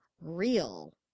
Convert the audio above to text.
real